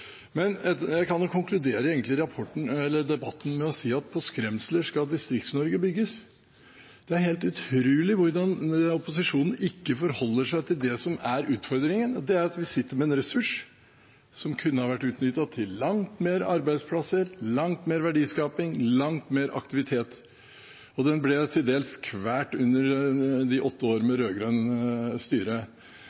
Men vi har også hatt et fokus på de litt mer overordnede, prinsipielle rammene, og det er noe helt annet. Jeg kan egentlig konkludere debatten med å si at på skremsler skal Distrikts-Norge bygges. Det er helt utrolig hvordan opposisjonen ikke forholder seg til det som er utfordringen, og det er at vi sitter med en ressurs som kunne vært utnyttet til langt flere arbeidsplasser, langt mer verdiskaping, langt mer aktivitet. Den ble til dels kvalt under de